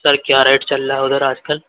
سر کیا ریٹ چل رہا ہے ادھر آج کل